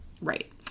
Right